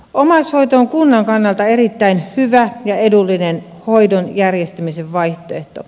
omaishoito on kunnan kannalta erittäin hyvä ja edullinen hoidon järjestämisen vaihtoehto